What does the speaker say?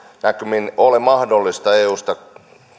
näkymin ole mahdollista eusta